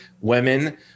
women